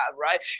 right